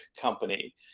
company